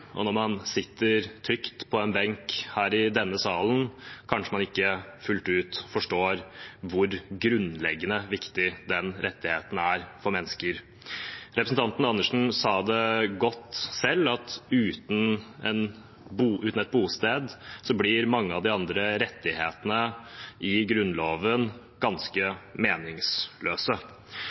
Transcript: og når man sitter trygt på en benk i denne salen, forstår man kanskje ikke fullt ut hvor grunnleggende viktig den rettigheten er for mennesker. Representanten Andersen sa det godt: Uten et bosted blir mange av de andre rettighetene i Grunnloven ganske meningsløse.